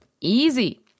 easy